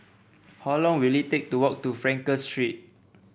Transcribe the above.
how long will it take to walk to Frankel Street